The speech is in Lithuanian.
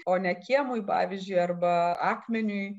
o ne kiemui pavyzdžiui arba akmeniui